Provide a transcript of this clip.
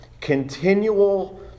continual